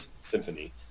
symphony